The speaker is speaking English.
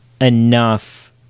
enough